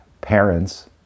parents